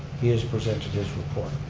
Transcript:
he has presented his report.